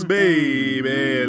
baby